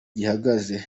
gihagaze